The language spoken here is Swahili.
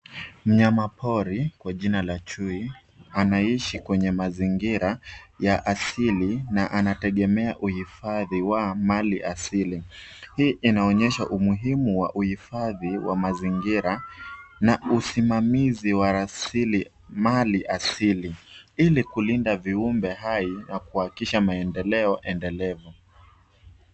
Mnyama pori kwa jina la chui anaishi kwenye mazingira ya asili na anategemea uhifadhi wa mali asili. Hii inaonyesha umuhimu wa uhifadhi wa mazingira na usimamizi wa rasilimali asili, ili kulinda viumbe hai na kuhakikisha maendeleo endelevu.